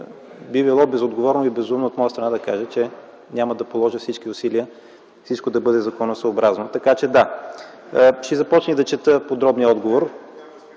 би било безотговорно и безумно от моя страна да кажа, че няма да положа всички усилия всичко да бъде законосъобразно. Така че – да. Ще започна да чета и подробния отговор...